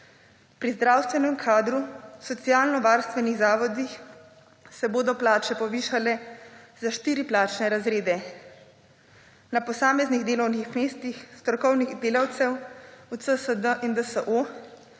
Pri zdravstvenem kadru socialno varstvenih zavodih se bodo plače povišale za 4 plačne razrede. Na posameznih delovnih mestih strokovnih delavcev v CSD in DSO